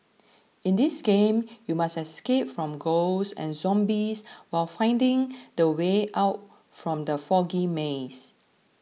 in this game you must escape from ghosts and zombies while finding the way out from the foggy maze